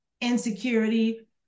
insecurity